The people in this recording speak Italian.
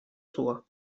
sua